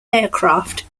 aircraft